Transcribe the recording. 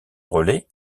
relais